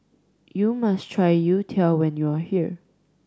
you must try youtiao when you are here